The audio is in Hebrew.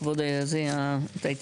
כבוד היועץ המשפטי?